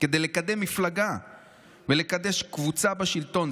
כדי לקדם מפלגה ולקדש קבוצה בשלטון.